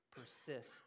persist